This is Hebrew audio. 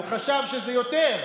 הוא חשב שזה יותר,